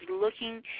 looking